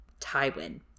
Tywin